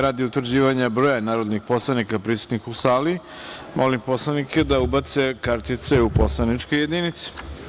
Radi utvrđivanja broja narodnih poslanika prisutnih u sali, molim poslanike da ubace kartice u poslaničke jedinice.